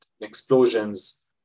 explosions